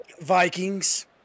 Vikings